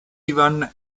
ivan